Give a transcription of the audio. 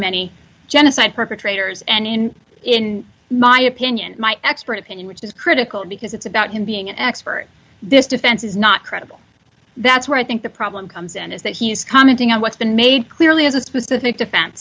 many genocide perpetrators and in in my opinion my expert opinion which is critical because it's about him being an expert this defense is not credible that's where i think the problem comes in is that he's commenting on what's been made clearly as a specific defense